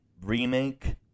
remake